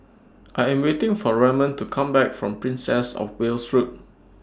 I Am waiting For Raymond to Come Back from Princess of Wales Road